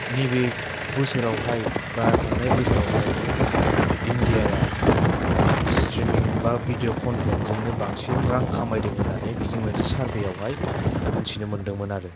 नैबे बोसोरावहाय बा थांनाय बोसोरावहाय इण्डियाआ स्त्रिमिं बा भिदिअ कन्तेन्तजोंनो बांसिन रां खामायदों होन्नानै बिदि मोनसे सार्भैआवहाय मोन्थिनो मोनदोंमोन आरो